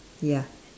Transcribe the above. ya